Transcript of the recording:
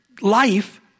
life